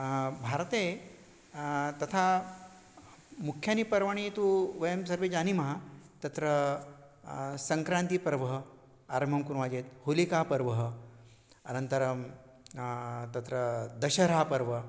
भारते तथा मुख्यानि पर्वणि तु वयं सर्वे जानीमः तत्र सङ्क्रान्तिपर्वः आरम्भं कुर्मः चेत् होलिकापर्वः अनन्तरं तत्र दशरापर्वः